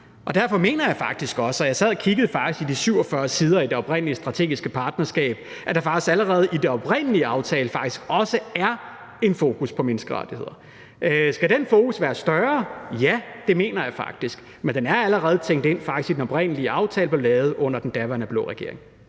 derfor mener jeg – og jeg sad faktisk og kiggede i de 47 sider i den oprindelige aftale om det strategiske partnerskab – at der faktisk allerede i den oprindelige aftale også er en fokus på menneskerettigheder. Skal den fokus være større? Ja, det mener jeg faktisk. Men den er faktisk allerede tænkt ind i den oprindelige aftale, der blev lavet under den daværende blå regering.